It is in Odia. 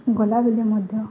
ଗଲାବେଳେ ମଧ୍ୟ